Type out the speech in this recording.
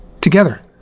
together